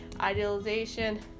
idealization